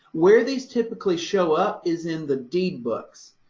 where these typically show up is in the deed books,